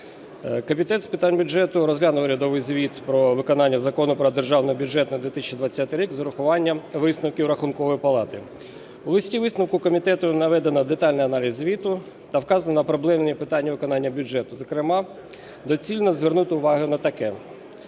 Комітет з питань бюджету розглянув урядових звіт про виконання Закону "Про Державний бюджет на 2020 рік" з урахуванням висновків Рахункової палати. У листі висновку комітету наведено детальний аналіз звіту та вказані проблемні питання виконання бюджету. Зокрема, доцільно звернути увагу на таке.